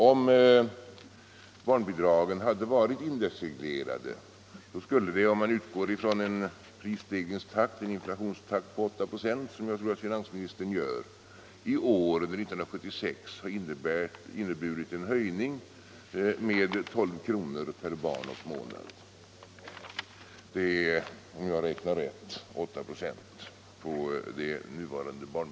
Om barnbidragen hade varit indexreglerade, och om man utgår ifrån en prisstegringstakt på 8 96, som jag tror finansministern gör för 1976, skulle detta i år ha inneburit en höjning med 12 kr. per barn och månad, om jag räknat rätt.